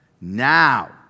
Now